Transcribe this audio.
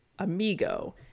Amigo